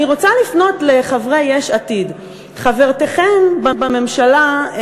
אני רוצה לפנות לחברי יש עתיד: חברתכם בממשלה,